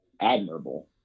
admirable